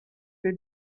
they